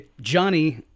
Johnny